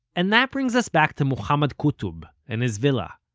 and that brings us back to mohammad qutob and his villa,